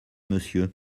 monsieur